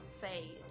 fade